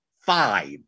five